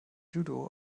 judo